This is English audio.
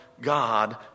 God